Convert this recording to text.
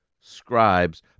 scribes